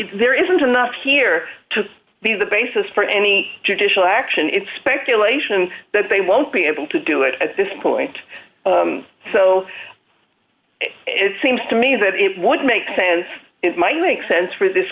there isn't enough here to be the basis for any judicial action it's speculation that they won't be able to do it at this point so it seems to me that it would make sense is my going sense for this